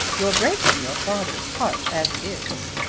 you're breaking your father's heart, as it is.